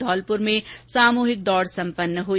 धौलपुर में सामूहिक दौड़ संपन्न हुई